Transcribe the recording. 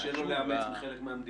קשה לו לאמץ בחלק מהמדינות.